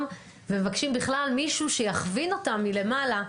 ומבקשים בכלל מישהו שיכווין אותם מלמעלה,